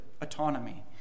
autonomy